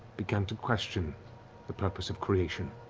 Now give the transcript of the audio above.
began to question the purpose of creation,